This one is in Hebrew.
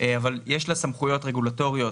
אבל יש לה סמכויות רגולטוריות,